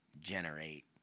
generate